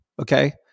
Okay